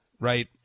Right